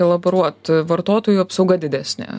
kolaboruot vartotojų apsauga didesnė